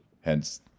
hence